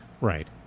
Right